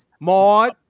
Maud